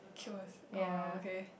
queue with uh okay